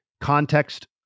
context